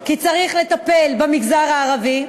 כי צריך לטפל במגזר הערבי,